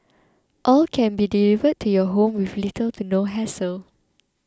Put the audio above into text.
all can be delivered to your home with little to no hassle